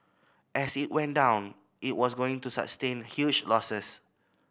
as it went down it was going to sustain huge losses